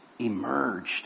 emerged